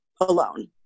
alone